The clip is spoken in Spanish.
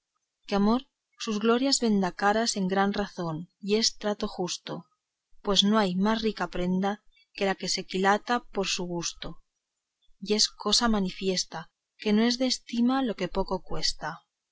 que amor sus glorias venda caras es gran razón y es trato justo pues no hay más rica prenda que la que se quilata por su gusto y es cosa manifiesta que no es de estima lo que poco cuesta